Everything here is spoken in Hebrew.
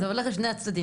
זה הולך לשני הצדדים,